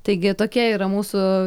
taigi tokie yra mūsų